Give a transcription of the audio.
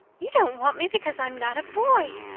you don't want me because i'm not a boy!